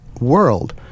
world